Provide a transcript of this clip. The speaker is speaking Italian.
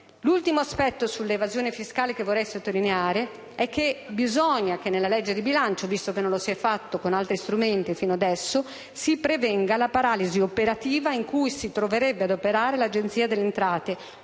L'ultimo aspetto che vorrei sottolineare sull'evasione fiscale è che bisogna che nella legge di bilancio, visto che non lo si è fatto con altri strumenti fino ad ora, si prevenga la paralisi operativa in cui si troverebbe ad operare l'Agenzia delle entrate